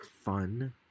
fun